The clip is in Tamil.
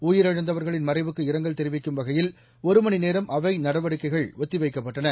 உயிரிழந்தவர்களின் மறைவுக்கு இரங்கல் தெரிவிக்கும் வகையில் ஒரு மணி நேரம் அவை நடவடிக்கைகள் ஒத்தி வைக்கப்பட்டன